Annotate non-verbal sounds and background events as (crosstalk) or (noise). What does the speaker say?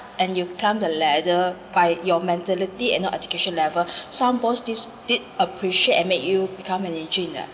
and you climb the ladder by your mentality and not education level (breath) some boss this did appreciate and make you become manager in a